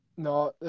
No